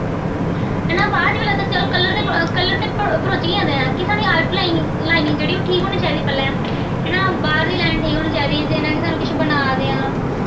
है ना बाद च ते कलर ते कलर ते भरोची जंदे ऐ कि सानूं आउट लाईनिंग जेह्ड़ी ओह् ठीक होनी चाहिदी पैह्लें है ना बाह्रली लाईन ठीक होनी चाहिदी जियां कि सानूं किश बना दे आं